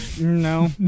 No